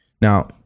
Now